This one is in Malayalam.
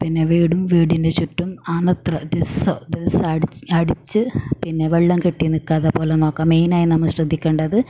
പിന്നെ വീടും വീടിൻ്റെ ചുറ്റും ആവുന്നത്ര ദിവസം ദിവസം അടിച്ച് അടിച്ച് പിന്നെ വെള്ളം കെട്ടി നിൽക്കാതെ പോലെ നോക്കുക മെയിനായി നമ്മൾ ശ്രദ്ധിക്കേണ്ടത്